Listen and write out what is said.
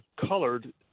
colored